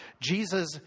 Jesus